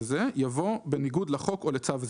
זה" יבוא "בניגוד לחוק או לצו זה,";"